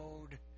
mode